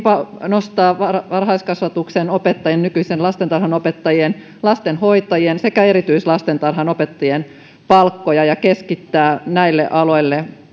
nostaa varhaiskasvatuksen opettajien nykyisten lastentarhanopettajien lastenhoitajien sekä erityislastentarhanopettajien palkkoja ja keskittää näille aloille